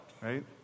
right